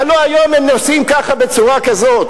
הלוא היום הם נוסעים בצורה כזאת,